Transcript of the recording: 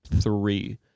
three